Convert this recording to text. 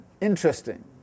interesting